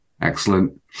excellent